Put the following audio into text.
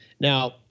Now